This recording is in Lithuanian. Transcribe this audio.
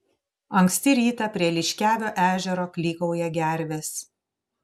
anksti rytą prie liškiavio ežero klykauja gervės